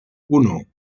uno